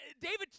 David